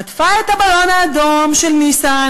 חטפה את הבלון האדום של ניסן,